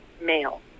male